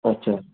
अच्छा